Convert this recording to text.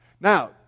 Now